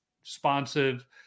responsive